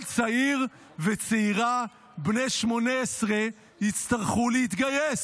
כל צעיר וצעירה בני 18 יצטרכו להתגייס,